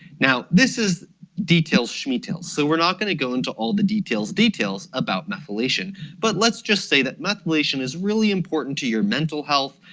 now this is details shmeetails so we're not going to go into all the details details about methylation, but let's just say that methylation is really important to your mental health,